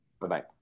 Bye-bye